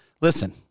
Listen